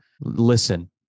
listen